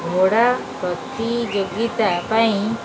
ଘୋଡ଼ା ପ୍ରତିଯୋଗିତା ପାଇଁ